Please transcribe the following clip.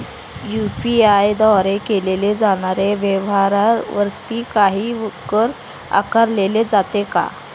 UPI द्वारे केल्या जाणाऱ्या व्यवहारावरती काही कर आकारला जातो का?